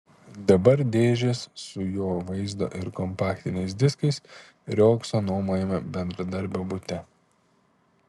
dabar dėžės su jo vaizdo ir kompaktiniais diskais riogso nuomojamame bendradarbio bute